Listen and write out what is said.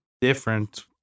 different